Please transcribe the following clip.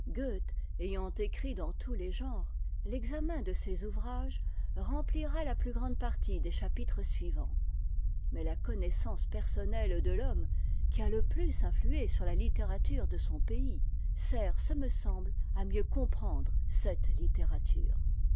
ayant écrit dans tous les genres l'examen de ses ouvrages remplira la plus grande partie des chapitres suivants mais la connaissance personnelle de l'homme qui a le plus influé sur la littérature de son pays sert ce me semble à mieux comprendre cette littérature